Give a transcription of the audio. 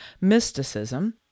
mysticism